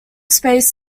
space